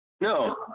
No